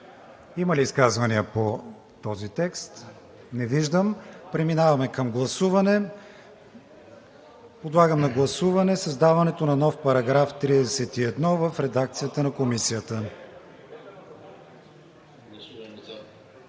Има ли изказвания по този текст? Не виждам. Преминаваме към гласуване. Подлагам на гласуване създаването на нов § 31 в редакцията на Комисията.